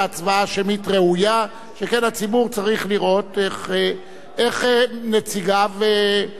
שכן הציבור צריך לראות איך נציגיו פועלים על-פי